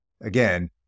again